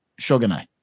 Shogunai